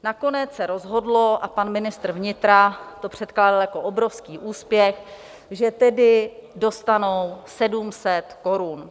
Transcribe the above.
Nakonec se rozhodlo, a pan ministr vnitra to předkládal jako obrovský úspěch, že tedy dostanou 700 korun.